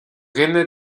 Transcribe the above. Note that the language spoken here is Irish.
dhuine